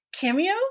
cameo